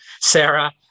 Sarah